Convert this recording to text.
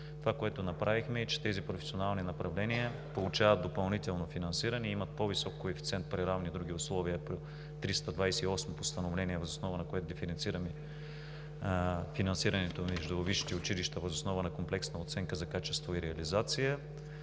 Това, което направихме, е, че тези професионални направления получават допълнително финансиране и имат по-висок коефициент при равни други условия по 328-мо Постановление, въз основа на което диференцираме финансирането между висшите училища въз основа на комплексна оценка за качество и реализация.